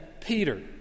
Peter